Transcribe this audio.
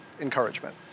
encouragement